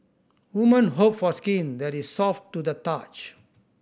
women hope for skin that is soft to the touch